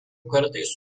kartais